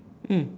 mm